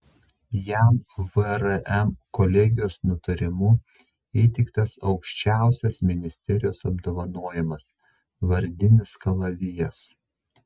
jam vrm kolegijos nutarimu įteiktas aukščiausias ministerijos apdovanojimas vardinis kalavijas